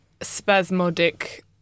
spasmodic